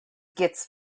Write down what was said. gets